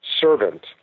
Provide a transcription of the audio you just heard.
servant